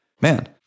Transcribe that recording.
Man